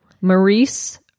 Maurice